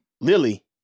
Lily